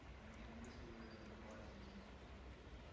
and again, the fiscal year end relies on those end of term figures.